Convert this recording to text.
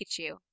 Pikachu